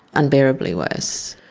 unbearably worse.